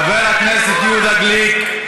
חבר הכנסת יהודה גליק.